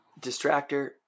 Distractor